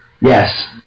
Yes